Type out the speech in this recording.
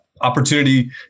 opportunity